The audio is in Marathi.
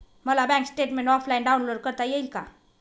मला बँक स्टेटमेन्ट ऑफलाईन डाउनलोड करता येईल का?